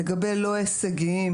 לגבי לא הישגיים,